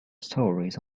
stories